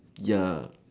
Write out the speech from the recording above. ya